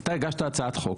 אתה הגשת הצעת חוק,